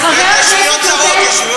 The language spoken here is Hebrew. ישויות זרות.